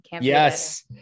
Yes